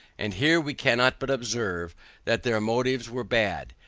and here we cannot but observe that their motives were bad,